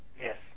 Yes